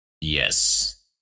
Yes